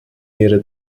ihre